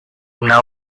una